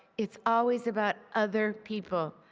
is always about other people.